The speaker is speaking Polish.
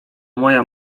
moja